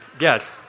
Yes